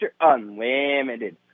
Unlimited